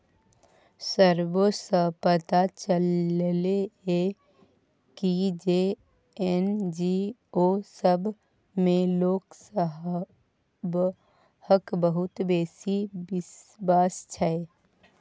survey सँ पता चलले ये की जे एन.जी.ओ सब मे लोक सबहक बहुत बेसी बिश्वास छै